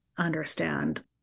understand